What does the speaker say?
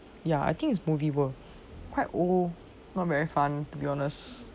ya I think is movie world oh not very fun to be honest